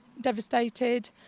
devastated